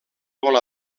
molt